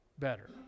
better